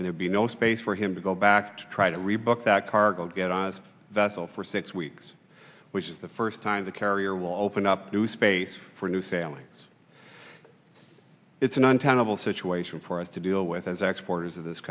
and there'd be no space for him to go back to try to rebook that cargo get on a vessel for six weeks which is the first time the carrier will open up new space for new sailing it's an untenable situation for us to deal with as exports of this